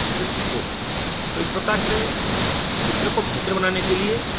प्रदर्शित हो तो इस प्रकार से चित्र को बेहतर बनाने के लिए